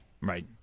Right